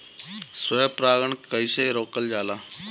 स्व परागण कइसे रोकल जाला?